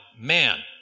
man